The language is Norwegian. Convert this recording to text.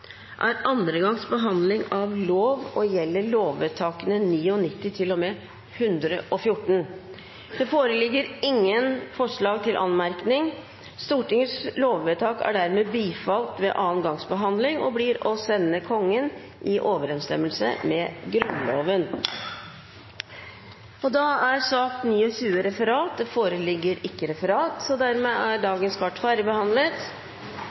er andre gangs behandling av lovsaker og gjelder lovvedtakene 99 til og med 114. Det foreligger ingen forslag til anmerkning. Stortingets lovvedtak er dermed bifalt ved andre gangs behandling og blir å sende Kongen i overensstemmelse med Grunnloven. Det foreligger ikke referat. Dermed er